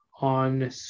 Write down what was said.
on